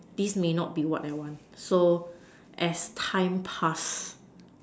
this may not be what I want so as time pass